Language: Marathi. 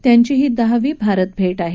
त्यांची ही दहावी भारत भेट आहे